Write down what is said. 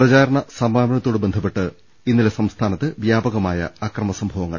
പ്രചാരണ സമാപനത്തോടു ബന്ധപ്പെട്ട് ഇന്നലെ സംസ്ഥാനത്ത് വ്യാപകമായ അക്രമ സംഭവങ്ങൾ